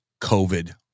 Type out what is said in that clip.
COVID